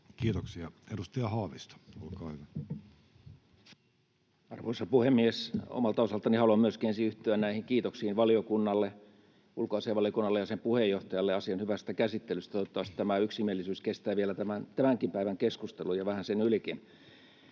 laeiksi Time: 12:33 Content: Arvoisa puhemies! Omalta osaltani haluan myöskin ensin yhtyä näihin kiitoksiin ulkoasiainvaliokunnalle ja sen puheenjohtajalle asian hyvästä käsittelystä. Toivottavasti tämä yksimielisyys kestää vielä tämänkin päivän keskustelun ja vähän sen ylikin.